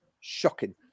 shocking